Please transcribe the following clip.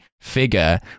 figure